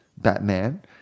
Batman